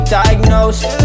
diagnosed